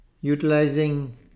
utilizing